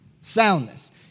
soundness